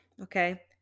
okay